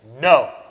no